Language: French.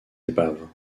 épaves